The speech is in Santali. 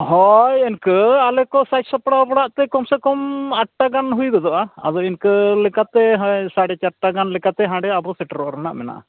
ᱦᱳᱭ ᱤᱱᱠᱟᱹ ᱟᱞᱮᱠᱚ ᱥᱟᱡᱽᱼᱥᱟᱯᱲᱟᱣ ᱵᱟᱲᱟᱜᱛᱮ ᱠᱚᱢᱥᱮ ᱠᱚᱢ ᱟᱴᱴᱟ ᱜᱟᱱ ᱦᱩᱭ ᱜᱚᱫᱚᱜᱼᱟ ᱟᱫᱚ ᱤᱱᱠᱟᱹ ᱞᱮᱠᱟᱛᱮ ᱦᱳᱭ ᱥᱟᱲᱮᱪᱟᱨᱴᱟ ᱜᱟᱱ ᱞᱮᱠᱟᱛᱮ ᱦᱟᱸᱰᱮ ᱟᱵᱚ ᱥᱮᱴᱮᱨᱚᱜ ᱨᱮᱱᱟᱜ ᱢᱮᱱᱟᱜᱼᱟ